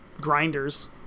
grinders